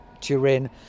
Turin